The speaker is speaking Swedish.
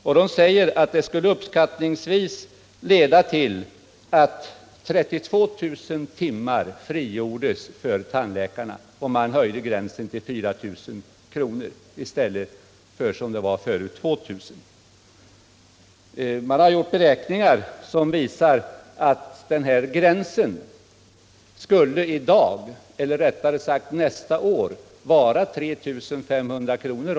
Revisorerna säger att det skulle leda till att uppskattningsvis 32 000 timmar frigjordes för tandläkarna, om gränsen höjdes till 4 000 kr. i stället för att den tidigare gränsen 2000 kr. bibehölls. Man har gjort beräkningar som visar att den här gränsen i dag — eller rättare sagt nästa år — skulle vara 3 500 kr.